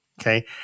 Okay